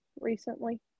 recently